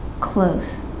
close